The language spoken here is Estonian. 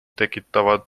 tekitavad